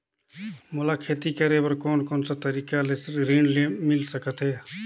मोला खेती करे बर कोन कोन सा तरीका ले ऋण मिल सकथे?